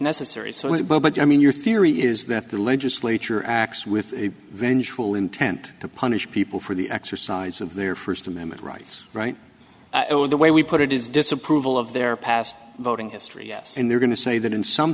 necessary so let it go but i mean your theory is that the legislature acts with a vengeful intent to punish people for the exercise of their first amendment rights right the way we put it it's disapproval of their past voting history yes and they're going to say that in some